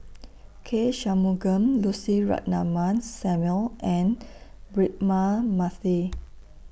K Shanmugam Lucy Ratnammah Samuel and Braema Mathi